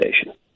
station